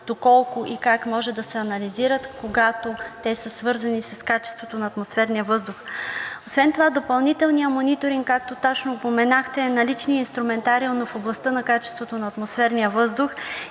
доколко и как може да се анализират, когато те са свързани с качеството на атмосферния въздух. Освен това допълнителният мониторинг, както точно упоменахте, е наличният инструментариум в областта на качеството на атмосферния въздух